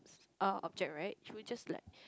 err object right she would just like